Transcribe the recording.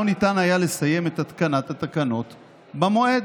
לא ניתן היה לסיים את התקנת התקנות במועד.